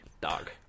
Dog